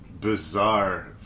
bizarre